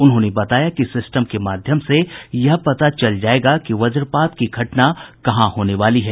उन्होंने बताया कि सिस्टम के माध्यम से यह पता चल जायेगा कि वज्रपात की घटना कहां होने वाली है